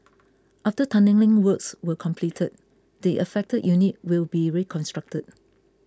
after tunnelling works were completed the affected unit will be reconstructed